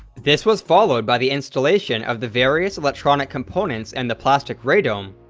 this was followed by the installation of the various electronic components and the plastic radome,